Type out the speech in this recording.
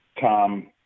Tom –